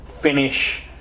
finish